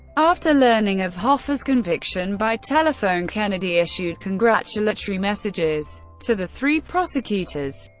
after learning of hoffa's conviction by telephone, kennedy issued congratulatory messages to the three prosecutors.